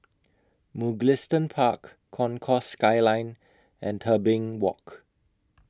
Mugliston Park Concourse Skyline and Tebing Walk